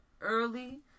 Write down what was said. early